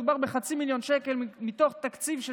מדובר בחצי מיליון שקל מתוך תקציב של